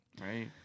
Right